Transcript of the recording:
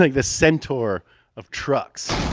like the centaur of trucks.